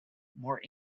more